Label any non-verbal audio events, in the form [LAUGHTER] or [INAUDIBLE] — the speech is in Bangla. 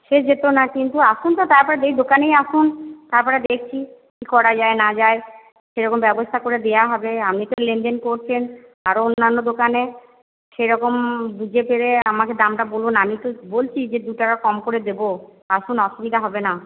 সে যেত না কিন্তু আসুন তো তারপরে [UNINTELLIGIBLE] দোকানেই আসুন তারপরে দেখছি কি করা যায় না যায় সেরকম ব্যবস্থা করে দেওয়া হবে আপনি তো লেনদেন করছেন আরও অন্যান্য দোকানে সেরকম খুঁজে পেলে আমাকে দামটা বলুন আমি তো বলছি যে দু টাকা কম করে দেব আসুন অসুবিধা হবে না